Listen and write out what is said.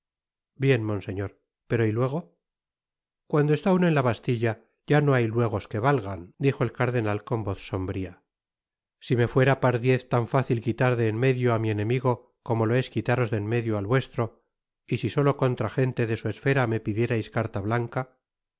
bien monseñor pero y luego cuando está uno en la bastilla ya no hay luegos que valgan dijo el cardenal con voz sombria ah si me fuera pardiez tan fácil quitar de en medio á mi enemigo como lo es quitaros de en medio al vuestro y si solo contra gente de su esfera me pidierais carta blanca